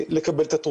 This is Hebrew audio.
לקבל את התרופות.